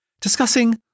discussing